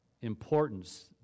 importance